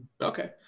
Okay